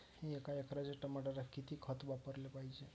एका एकराच्या टमाटरात किती खत वापराले पायजे?